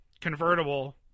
convertible